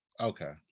Okay